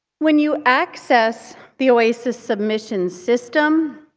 when you access the oasis submission system,